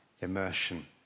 immersion